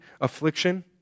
affliction